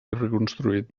reconstruït